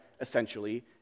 essentially